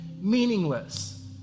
meaningless